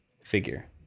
figure